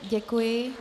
Děkuji.